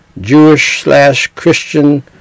Jewish-slash-Christian